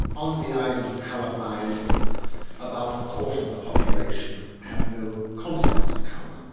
on the island of the colourblind about a quarter of of the population have no concept of colour.